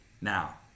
Now